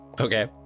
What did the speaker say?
Okay